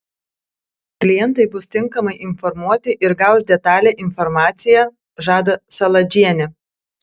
klientai bus tinkamai informuoti ir gaus detalią informaciją žada saladžienė